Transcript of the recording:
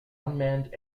unmanned